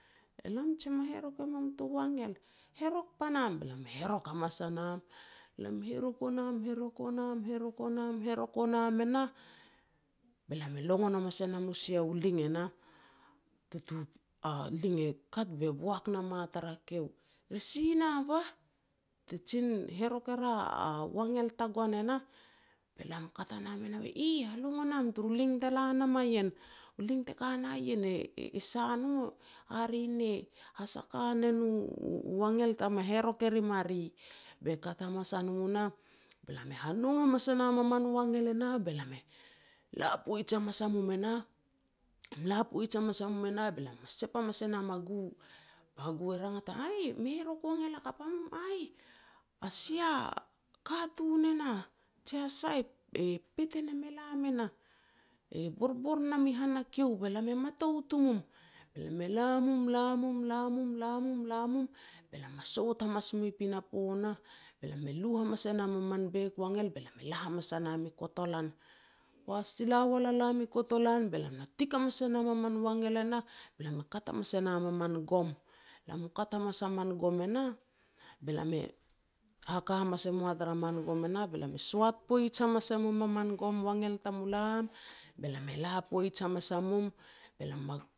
Elam jin me herok e mum tu wangel", "Herok panam." Be lam herok hamas a nam, lam herok o nam, herok o nam, herok o nam, herok o nam e nah, be lam e longon hamas a nam u sia u ling e nah, tutu ling e kat be boak nam a tara keiu, "Re si na bah, te jin herok er wangel tagoan e nah", be lam e kat a nam e nah, "Eih, halongon am tur ling te la nam a ien. U ling te ka kana ian e sa no, hare ne hasaka ne no u-u wangel te me herok e rim a ri." Be kat hamas a no nah be lam e hanong hamas e nam a man wangel e nah, be lam e la poij hamas a mum e nah. Lam la poij hamas a mum e nah, be lam me sep hamas e nam a gu. Ba gu rangat a no, "Aih, me herok wangel hakap a mum", "Aih, a sia katun e nah jia sah e-e pet e nam e lam e nah e borbor nam i han a kieu, be lam e matout u mum." Be lam e la mum, la mum, la mum, la mum, la mum, be lam me sot hamas moa pinapo nah, be lam e lu hamas e nam a man bek wangel, be lam e la hamas nam i kotolan. Poaj ti lawa a lam i kotolan, be lam na tik hamas e nam min wangel e nah, be lam kat hamas e nam a man gom. Lam mu kat hamas a man gom e nah, be lam e haka hamas moa tara man gom e nah, be lam e soat poij hamas e mum a min gom wangel tamulam, be lam ela poij hamas a mum, be lam ma